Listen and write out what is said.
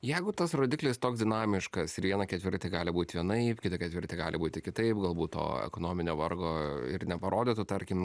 jeigu tas rodiklis toks dinamiškas ir vieną ketvirtį gali būt vienaip kitą ketvirtį gali būti kitaip galbūt to ekonominio vargo ir neparodytų tarkim